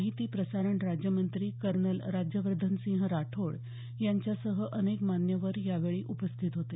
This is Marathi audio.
माहिती प्रसारण राज्यमंत्री कर्नल राज्यवर्धनसिंह राठोड यांच्यासह अनेक मान्यवर यावेळी उपस्थित होते